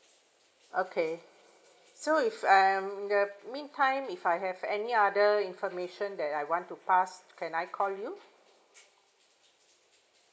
okay so if I am the mean time if I have any other information that I want to pass can I call you